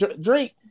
Drake